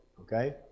okay